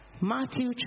Matthew